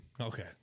okay